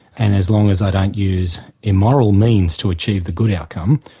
and as long as i don't use immoral means to achieve the good outcome,